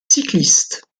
cyclistes